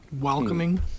welcoming